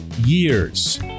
years